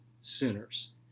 sinners